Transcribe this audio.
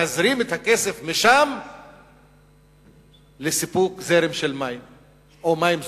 להזרים את הכסף משם לסיפוק מים זורמים.